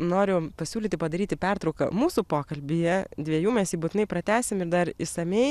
noriu pasiūlyti padaryti pertrauką mūsų pokalbyje dviejų mes jį būtinai pratęsime dar išsamiai